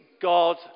God